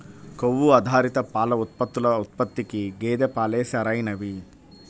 కొవ్వు ఆధారిత పాల ఉత్పత్తుల ఉత్పత్తికి గేదె పాలే సరైనవి